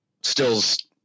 Stills